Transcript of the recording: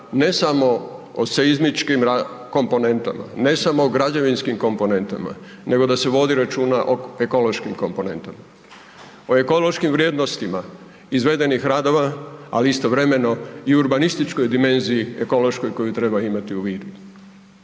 ne samo o seizmičkim komponentama, ne samo o građevinskim komponentama, nego da se vodi računa o ekološkim komponentama, o ekološkim vrijednostima izvedenih radova, ali istovremeno i urbanističkoj dimenziji ekološkoj koju treba imati u vidu.